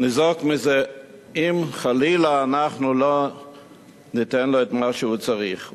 ניזוק מזה אם חלילה אנחנו לא ניתן לו את מה שהוא צריך,